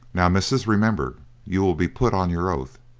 now, missus, remember you will be put on your oath.